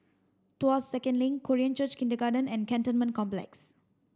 Tuas Second Link Korean Church Kindergarten and Cantonment Complex